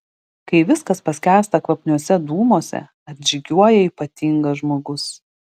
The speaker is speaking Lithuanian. kai viskas paskęsta kvapniuose dūmuose atžygiuoja ypatingas žmogus